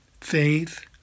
faith